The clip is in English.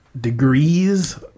degrees